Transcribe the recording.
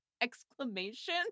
exclamation